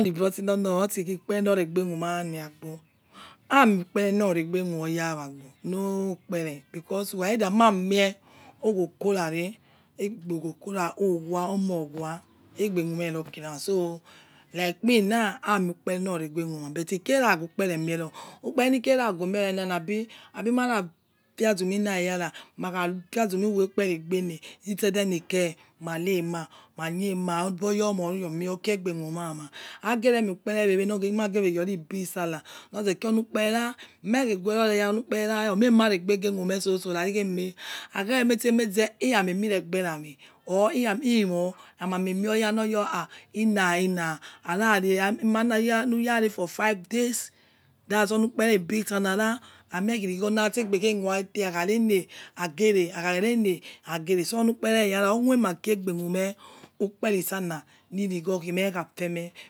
Oni bros na nor osighukpere ovegbemu mewgor ami ukpere noregbe no ukpere because ukhakeda maarie ogho korare egbe okora whowa omo owa egbemume rokira so uke me na amoikere nor regbenume but o igera guonukpere mie ror emi kieragemie rena na be abimakherafiaza mi aneyara makha fi azumin wekperi gbene isedemike mare ma manie ma aboyormo okiegbemume yama egere muo ukpere newe age werori bi sallah norzekira me regeh onuk perera omemaregbe mumesoso rakikhemeh ami meze iramoi mi regbe rami or eh mor hamai oya nor your ha inaina harare hamema nuyare for five days that is oni ukpere big sallah ra ami efhi righo natsa egbeke murate akhare ne agere akharene agere raki omemeki ukperi sallah ni irigho kime khafeme.